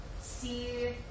see